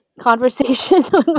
conversation